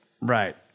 Right